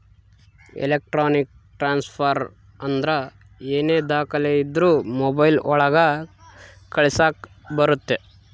electronic transfer ಅಂದ್ರ ಏನೇ ದಾಖಲೆ ಇದ್ರೂ ಮೊಬೈಲ್ ಒಳಗ ಕಳಿಸಕ್ ಬರುತ್ತೆ